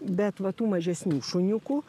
bet va tų mažesnių šuniukų